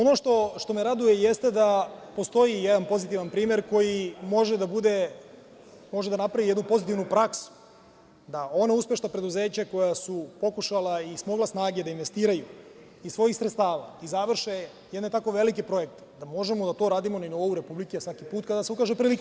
Ono što me raduje jeste da postoji jedan pozitivan primer koji može da napravi jednu pozitivnu praksu da ona uspešna preduzeća koja su pokušala i smogla snage da investiraju, iz svojih sredstava, i završe jedan tako veliki projekat da možemo da to radimo na nivou Republike svaki put kada se za to ukaže prilika.